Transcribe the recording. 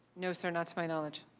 no sir, not to my knowledge.